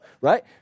right